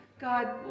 God